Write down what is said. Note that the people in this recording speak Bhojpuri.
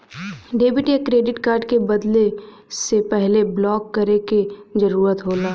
डेबिट या क्रेडिट कार्ड के बदले से पहले ब्लॉक करे क जरुरत होला